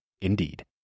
Indeed